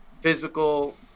physical